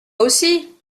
aussi